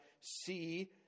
see